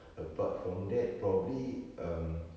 apart from that probably um